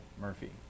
Murphy